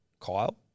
Kyle